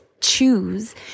choose